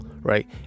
right